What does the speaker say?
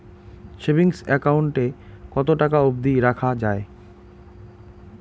Savings account এ কতো টাকা অব্দি রাখা যায়?